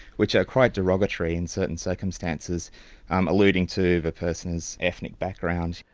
which are quite derogatory in certain circumstances alluding to the person's ethnic background.